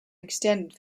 extended